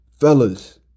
fellas